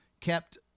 kept